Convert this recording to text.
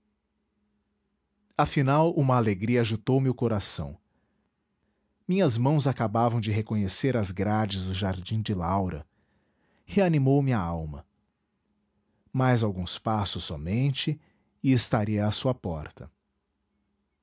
afinal uma alegria agitou me o coração minhas mãos acabavam de reconhecer as grades do jardim de laura reanimou me a alma mais alguns passos somente e estaria à sua porta